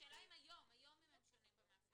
שונים והם --- השאלה אם היום הם שונים במאפיינים שלהם.